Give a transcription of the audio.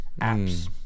apps